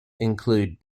include